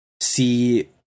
see